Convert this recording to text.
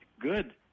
Good